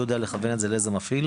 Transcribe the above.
הוא יודע לכוון את זה לאיזה מפעיל,